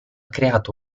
creato